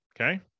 Okay